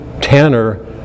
Tanner